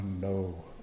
no